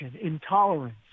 intolerance